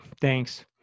Thanks